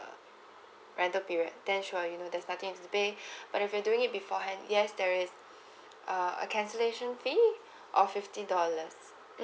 rental period then sure you know there's nothing you have to pay but if you're doing it beforehand yes there is a cancellation fees of fifty dollars